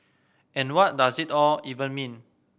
and what does it all even mean